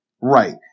Right